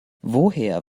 woher